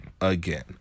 again